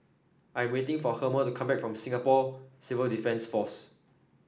I am waiting for Herma to come back from Singapore Civil Defence Force